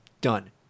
done